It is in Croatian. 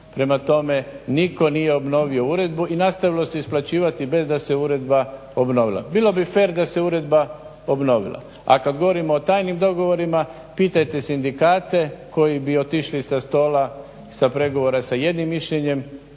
Prema tome, nitko nije obnovio uredbu i nastavilo se isplaćivati bez da se uredba obnovila. Bilo bi fer da se uredba obnovila. A kad govorimo o tajnim dogovorima pitajte sindikate koji bi otišli sa pregovora sa jednim mišljenjem,